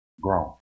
grown